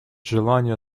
желания